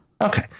okay